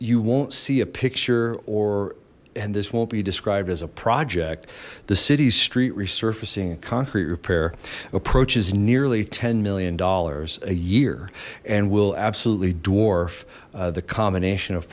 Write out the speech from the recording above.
you won't see a picture or and this won't be described as a project the city's street resurfacing concrete repair approaches nearly ten million dollars a year and will absolutely dwarfed the combination of